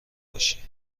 باشی